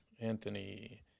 Anthony